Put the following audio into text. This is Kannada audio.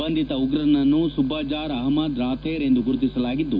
ಬಂಧಿತ ಉಗ್ರನನ್ನು ಸುಬ್ಬಜಾರ್ ಅಪಮದ್ ರಾಥೇರ್ ಎಂದು ಗುರುತಿಸಲಾಗಿದ್ದು